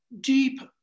deep